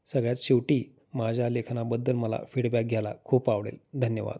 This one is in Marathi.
सगळ्यात शेवटी माझ्या लेखनाबद्दल मला फीडबॅक घ्यायला खूप आवडेल धन्यवाद